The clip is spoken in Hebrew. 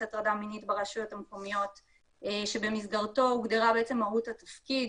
הטרדה מינית ברשויות המקומיות שבמסגרתו הוגדרה מהות התפקיד,